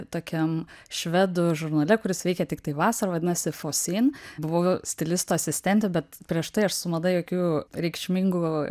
tokiam švedų žurnale kuris veikia tiktai vasarą vadinasi forsyn buvau stilisto asistentė bet prieš tai aš su mada jokių reikšmingų